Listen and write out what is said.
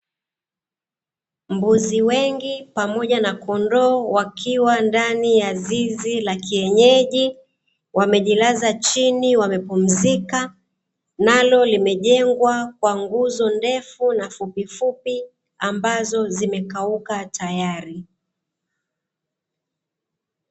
Mbuzi wengi pamoja na kondoo wakiwa ndani ya zizi la kienyeji, wamejilaza chini wamepumzika, nalo limejengwa kwa nguzo ndefu na fupifupi, ambazo zimekauka tayari.